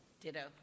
Ditto